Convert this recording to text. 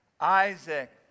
Isaac